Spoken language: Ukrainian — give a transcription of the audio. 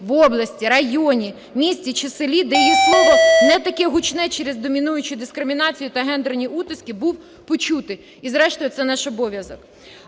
в області, районі, місті чи селі, де є слово не таке гучне через домінуючу дискримінацію та гендерні утиски, був почутий. І зрештою це наш обов'язок.